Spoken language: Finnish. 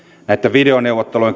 näitten videoneuvottelujen